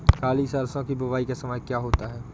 काली सरसो की बुवाई का समय क्या होता है?